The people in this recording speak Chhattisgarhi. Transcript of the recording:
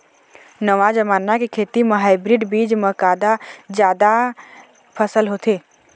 नवा जमाना के खेती म हाइब्रिड बीज म जादा फसल होथे